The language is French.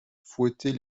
fouettait